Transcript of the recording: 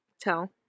tell